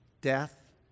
death